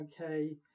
Okay